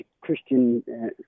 Christian